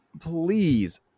please